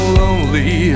lonely